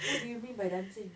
what do you mean by dancing